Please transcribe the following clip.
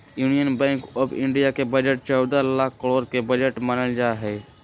union Bank of India के budget चौदह लाख करोड के बजट मानल जाहई